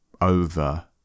over